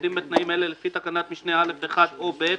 העומדים בתנאים לפי תקנות משנה (א)(1) או (ב)